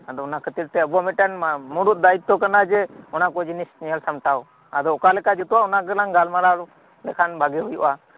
ᱟᱫᱚ ᱚᱱᱟᱠᱷᱟᱹᱛᱤᱨ ᱛᱮ ᱟᱵᱩᱣᱟᱜ ᱢᱤᱫᱴᱮᱱ ᱢᱩᱬᱩᱫ ᱫᱟᱭᱤᱛᱚ ᱠᱟᱱᱟ ᱡᱮ ᱚᱱᱟᱠᱩ ᱡᱤᱱᱤᱥ ᱧᱮᱞᱥᱟᱢᱴᱟᱣ ᱟᱫᱚ ᱚᱠᱟᱞᱮᱠᱟ ᱡᱩᱛᱩᱜ ᱟ ᱚᱱᱟᱜᱮᱞᱟᱝ ᱜᱟᱞᱢᱟᱨᱟᱣ ᱞᱮᱠᱷᱟᱱ ᱵᱷᱟᱜᱤ ᱦᱩᱭᱩᱜ ᱟ